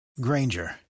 Granger